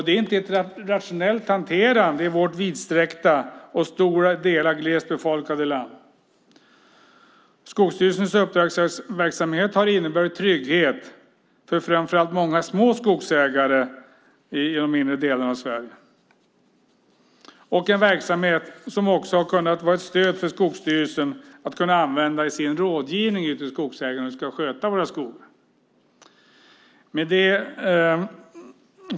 Det är inte ett rationellt hanterande i vårt vidsträckta och i stora delar glest befolkade land. Skogsstyrelsens uppdragsverksamhet har inneburit trygghet för framför allt många små skogsägare i de inre delarna av Sverige. Det är en verksamhet som också har varit ett stöd för Skogsstyrelsen att använda i sin rådgivning av hur skogsägarna ska sköta våra skogar. Fru talman!